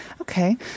Okay